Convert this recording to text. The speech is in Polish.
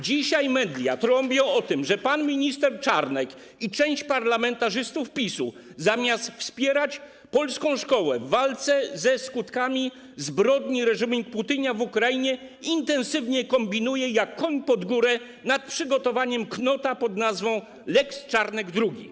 Dzisiaj media trąbią o tym, że pan minister Czarnek i część parlamentarzystów PiS-u, zamiast wspierać polską szkołę w walce ze skutkami zbrodni reżimu Putina w Ukrainie, intensywnie kombinuje jak koń pod górę nad przygotowaniem knota pod nazwą ˝lex Czarnek II˝